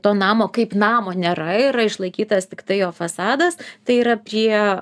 to namo kaip namo nėra yra išlaikytas tiktai jo fasadas tai yra prie